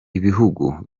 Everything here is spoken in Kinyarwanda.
ibihugu